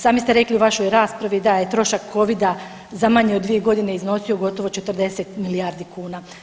Sami ste rekli u vašoj raspravi da je trošak Covida za manje od dvije godine iznosio gotovo 40 milijardi kuna.